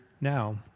now